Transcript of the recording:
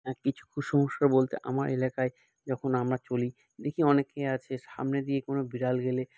হ্যাঁ কিছু কুসংস্কার বলতে আমার এলাকায় যখন আমরা চলি দেখি অনেকে আছে সামনে দিয়ে কোনো বিড়াল গেলে